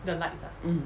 mm